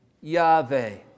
Yahweh